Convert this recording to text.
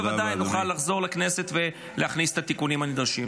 -- אז בוודאי ובוודאי נוכל לחזור לכנסת ולהכניס את התיקונים הנדרשים.